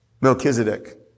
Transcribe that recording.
Melchizedek